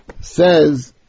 says